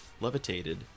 levitated